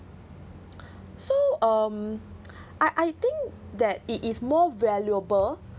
so um I I think that it is more valuable